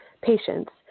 patients